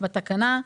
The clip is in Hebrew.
תודה,